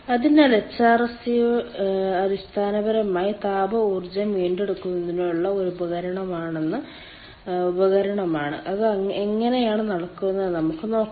അതിനാൽ HRSG അടിസ്ഥാനപരമായി താപ ഊർജ്ജം വീണ്ടെടുക്കുന്നതിനുള്ള ഒരു ഉപകരണമാണ് അത് എങ്ങനെയാണ് നടക്കുന്നതെന്ന് നമുക്ക് നോക്കാം